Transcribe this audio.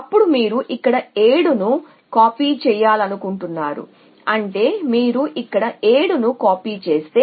అప్పుడు మీరు ఇక్కడ 7 ను కాపీ చేయాలనుకుంటున్నారు అంటే మీరు ఇక్కడ 7 ను కాపీ చేస్తే